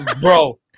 bro